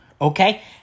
Okay